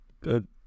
Good